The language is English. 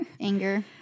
Anger